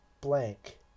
blank